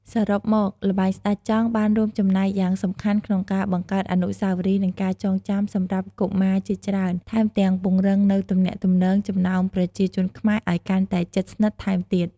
សរុបមក ល្បែងស្ដេចចង់ បានរួមចំណែកយ៉ាងសំខាន់ក្នុងការបង្កើតអនុស្សាវរីយ៍និងការចងចាំសម្រាប់កុមារជាច្រើន ថែមទាំងពង្រឹងនូវទំនាក់ទំនងចំណោមប្រជាជនខ្មែរឲ្យកាន់តែ ជិតស្និទ្ធ ថែមទៀត។